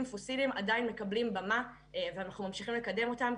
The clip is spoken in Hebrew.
פוסיליים עדיין מקבלים במה ואנחנו ממשיכים לקדם אותם.